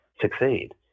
succeed